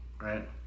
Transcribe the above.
right